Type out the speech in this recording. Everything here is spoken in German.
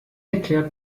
erklärt